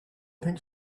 pink